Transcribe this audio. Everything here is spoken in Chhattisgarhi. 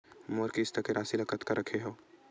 मोर किस्त के राशि ल कतका रखे हाव?